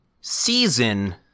season